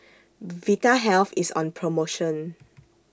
Vitahealth IS on promotion